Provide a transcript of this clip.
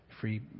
free